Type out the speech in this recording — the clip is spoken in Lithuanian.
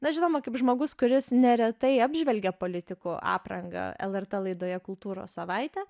na žinoma kaip žmogus kuris neretai apžvelgia politikų aprangą lrt laidoje kultūros savaitė